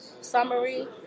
summary